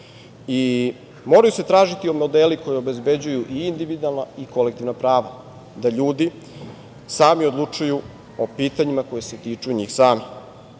Moraju se tražiti modeli koji obezbeđuju i individualna i kolektivna prava da ljudi sami odlučuju o pitanjima koja se tiču njih samih. Zato